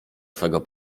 twego